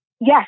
yes